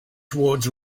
towards